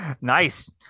Nice